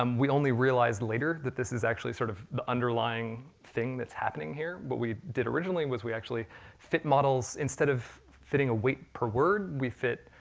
um we only realized later that this is actually sort of the underlying thing that's happening here. what but we did originally, was we actually fit models, instead of fitting a weight per word, we fit